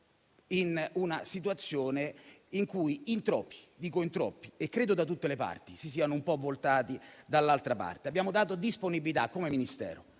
in una situazione in cui in troppi - e credo da tutte le parti - si sono voltati dall'altra parte. Abbiamo dato disponibilità come Ministero,